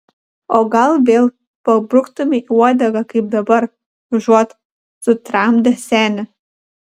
o gal vėl pabruktumei uodegą kaip dabar užuot sutramdęs senį